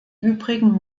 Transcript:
übrigen